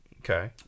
Okay